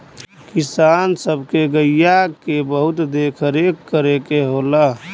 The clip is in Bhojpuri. किसान सब के गइया के बहुत देख रेख करे के होला